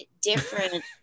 different